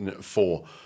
four